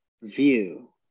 view